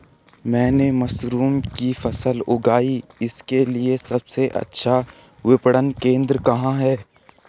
मैंने मशरूम की फसल उगाई इसके लिये सबसे अच्छा विपणन केंद्र कहाँ है?